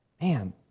Man